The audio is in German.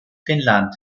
finnland